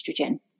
estrogen